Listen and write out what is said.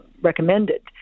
recommended